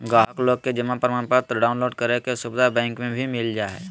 गाहक लोग के जमा प्रमाणपत्र डाउनलोड करे के सुविधा बैंक मे भी मिल जा हय